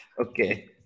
Okay